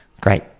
great